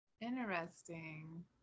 Interesting